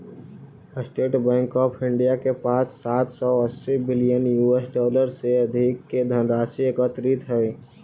state bank of India के पास सात सौ अस्सी बिलियन यूएस डॉलर से अधिक के धनराशि एकत्रित हइ